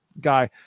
guy